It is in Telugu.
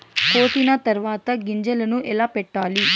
కోసిన తర్వాత గింజలను ఎలా పెట్టాలి